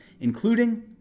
including